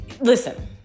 Listen